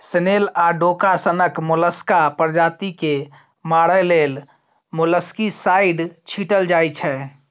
snail आ डोका सनक मोलस्का प्रजाति केँ मारय लेल मोलस्कीसाइड छीटल जाइ छै